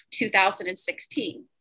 2016